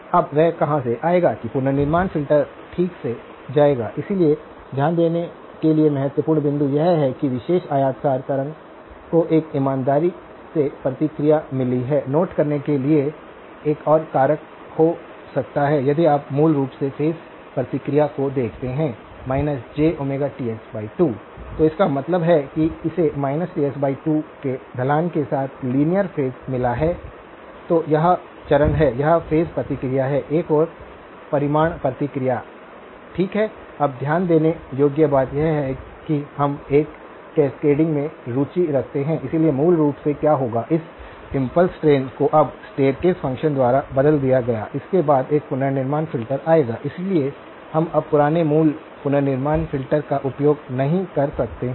अब वह कहां से आएगा कि पुनर्निर्माण फिल्टर ठीक से आ जाएगा इसलिए ध्यान देने के लिए महत्वपूर्ण बिंदु यह है कि विशेष आयताकार तरंग को एक ईमानदारी से प्रतिक्रिया मिली है नोट करने के लिए एक और कारक हो सकता है यदि आप मूल रूप से फेज प्रतिक्रिया को देखते हैं jTs2 तो इसका मतलब है कि इसे Ts 2 के ढलान के साथ लीनियर फेज मिला है तो यह चरण है यह फेज प्रतिक्रिया है एक और परिमाण प्रतिक्रिया ठीक है अब ध्यान देने योग्य बात यह है कि हम एक कैस्केडिंग में रुचि रखते हैं इसलिए मूल रूप से क्या होगा इस इम्पल्स ट्रेन को अब स्टेरकासे फ़ंक्शन द्वारा बदल दिया गया इसके बाद एक पुनर्निर्माण फ़िल्टर आएगा इसलिए हम अब पुराने मूल पुनर्निर्माण फ़िल्टर का उपयोग नहीं कर सकते हैं